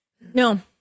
No